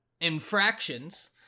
infractions